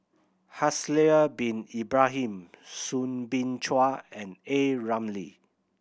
Haslir Bin Ibrahim Soo Bin Chua and A Ramli